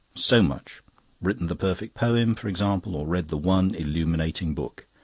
so much written the perfect poem, for example, or read the one illuminating book.